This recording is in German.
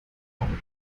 und